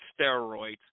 steroids